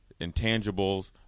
intangibles